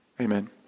Amen